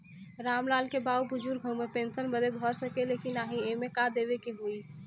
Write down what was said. राम लाल के बाऊ बुजुर्ग ह ऊ पेंशन बदे भर सके ले की नाही एमे का का देवे के होई?